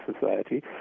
society